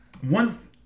one